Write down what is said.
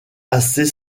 assez